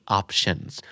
options